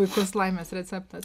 puikus laimės receptas